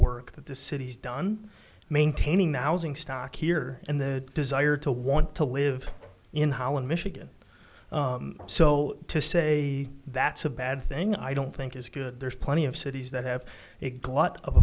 that the city's done maintaining the housing stock here and the desire to want to live in holland michigan so to say that's a bad thing i don't think is good there's plenty of cities that have a glut of